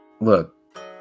look